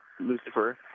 Lucifer